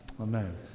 Amen